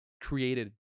created